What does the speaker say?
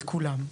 את כולם.